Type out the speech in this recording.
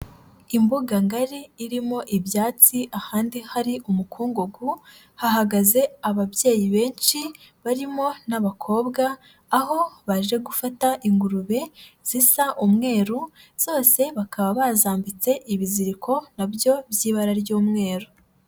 Imbuga ngari irimo ibyatsi, ahandi hari umukungugu, hahagaze ababyeyi benshi barimo n'abakobwa, aho baje gufata ingurube, zisa umweru, zose bakaba bazambitse ibiziriko, na byo by'ibara ry'umweru.